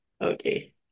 okay